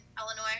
Illinois